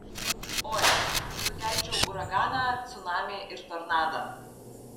oi sukelčiau uraganą cunamį ir tornadą